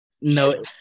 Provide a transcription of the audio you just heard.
No